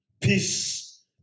Peace